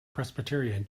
presbyterian